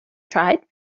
tried